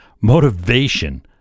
motivation